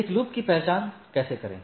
एक लूप की पहचान कैसे करें